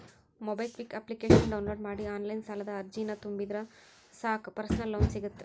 MobiKwik ಅಪ್ಲಿಕೇಶನ download ಮಾಡಿ online ಸಾಲದ ಅರ್ಜಿನ ತುಂಬಿದ್ರ ಸಾಕ್ ಪರ್ಸನಲ್ ಲೋನ್ ಸಿಗತ್ತ